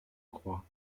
croix